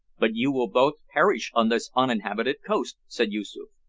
but you will both perish on this uninhabited coast, said yoosoof.